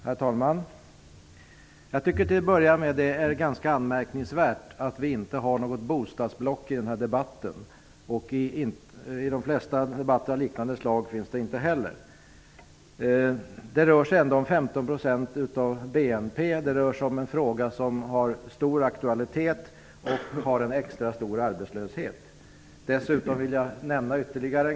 Herr talman! Jag tycker att det är ganska anmärkningsvärt att det inte finns något block om bostadsfrågor i den här debatten. Det finns inte heller någon sådan del i de flesta debatter av liknande slag. Det är faktiskt en fråga som rör 15 % av BNP. Frågan har stor aktualitet, och arbetslösheten inom byggbranschen är extra stor.